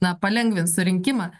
na palengvins surinkimą